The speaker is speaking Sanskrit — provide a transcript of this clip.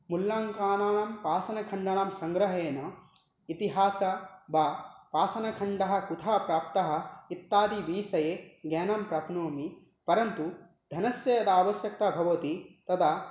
मूल्याङ्कानानां पाषाणखण्डानां सङ्ग्रहेण इतिहासः वा पाषणखण्डः कुतः प्राप्तः इत्यादिविषये ज्ञानं प्राप्नोमि परन्तु धनस्य यदा आवश्यकता भवति तदा